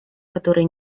которые